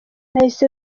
nahise